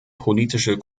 politische